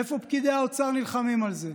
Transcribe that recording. איפה פקידי האוצר נלחמים על זה?